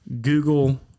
Google